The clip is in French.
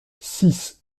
six